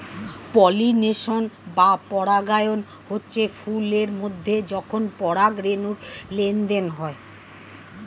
pollination বা পরাগায়ন হচ্ছে ফুল এর মধ্যে যখন পরাগ রেণুর লেনদেন হয়